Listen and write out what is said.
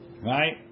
right